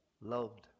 loved